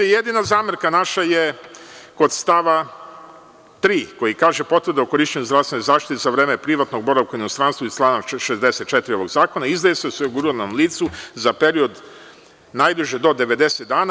Jedina zamerka naša je kod stava 3. koji kaže – Potvrda o korišćenju zdravstvene zaštite za vreme privatnog boravka u inostranstvu iz člana 64. ovog zakona izdaje se osiguranom licu za period najduže do 90 dana.